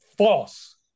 False